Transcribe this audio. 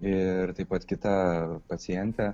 ir taip pat kita pacientė